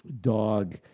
dog